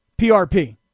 PRP